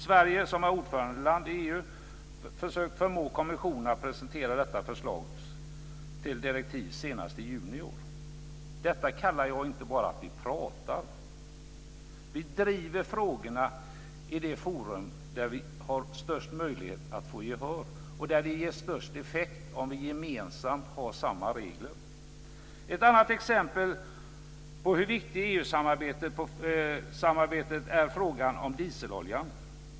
Sverige, som är ordförandeland i EU, har försökt förmå kommissionen att presentera detta förslag till direktiv senast i juni i år. Detta kallar jag inte att vi bara pratar. Vi driver frågorna i det forum där vi har störst möjlighet att få gehör och där det ger störst effekt om vi gemensamt har samma regler. Ett annat exempel på hur viktigt EU-samarbetet är gäller frågan om dieseloljan.